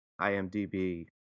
IMDb